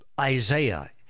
isaiah